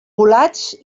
volats